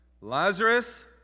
Lazarus